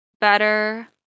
better